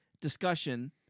Discussion